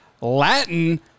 Latin